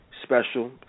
Special